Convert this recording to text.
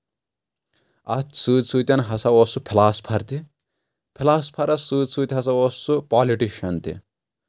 اتھ سۭتۍ سۭتؠن ہسا اوس سُہ فُلاسفر تہِ فلاسفرس سۭتۍ سۭتۍ ہسا اوس سُہ پالٹِشن تہِ